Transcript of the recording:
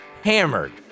hammered